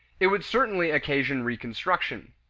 it would certainly occasion reconstruction.